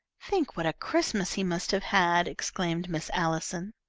think what a christmas he must have had! exclaimed miss allison.